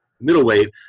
middleweight